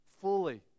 fully